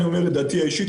אני אומר את דעתי האישית,